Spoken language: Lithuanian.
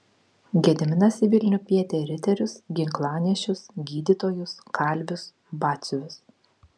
gediminas į vilnių kvietė riterius ginklanešius gydytojus kalvius batsiuvius